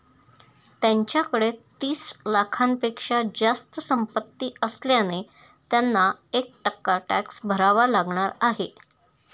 त्यांच्याकडे तीस लाखांपेक्षा जास्त संपत्ती असल्याने त्यांना एक टक्का टॅक्स भरावा लागणार आहे